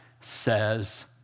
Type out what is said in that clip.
says